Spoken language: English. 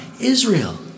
Israel